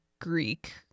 Greek